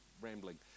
rambling